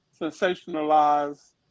sensationalize